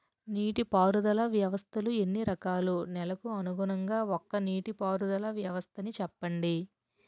నీటి పారుదల వ్యవస్థలు ఎన్ని రకాలు? నెలకు అనుగుణంగా ఒక్కో నీటిపారుదల వ్వస్థ నీ చెప్పండి?